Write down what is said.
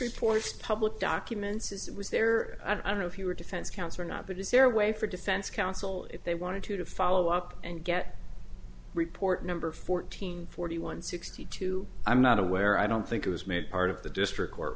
reports public documents is was there i don't know if you were defense counsel or not but is there a way for defense counsel if they wanted to to follow up and get report number fourteen forty one sixty two i'm not aware i don't think it was made part of the district court